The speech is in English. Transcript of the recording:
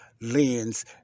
lens